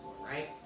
right